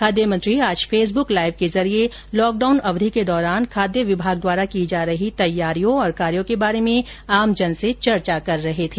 खाद्य मंत्री आज फेसबुक लाइव के जरिए लॉकडाउन अवधि के दौरान खाद्य विभाग द्वारा की जा रही तैयारियों और कार्यों के बारे में आमजन से चर्चा कर रहे थे